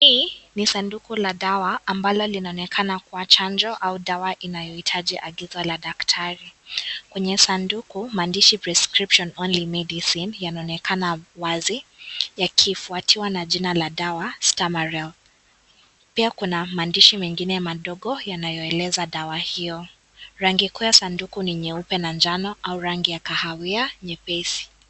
Hii ni sanduku la dawa ambalo linaonekana kuwa chanjo au dawa linaagizo la daktari, kwenye sanduku maandishi prescription only medicine yanaonekana wazi yakifuatiwa na jina la dawa Stammaro, pia kuna maandishi mengine madogo yanayoeleza dawa hiyo, rangi kuu ya sanduku ni nyeupe na njano au rangi ya kahawia nyepesi.